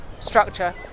structure